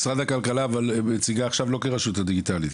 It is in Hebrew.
משרד הכלכלה מציגה עכשיו לא כרשות הדיגיטלית,